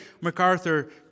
MacArthur